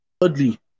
Thirdly